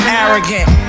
arrogant